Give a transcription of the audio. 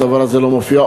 הדבר הזה לא מופיע,